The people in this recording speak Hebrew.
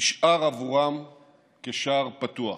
נשאר עבורם שער פתוח.